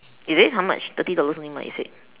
is it how much thirty dollars only [what] you said